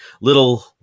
little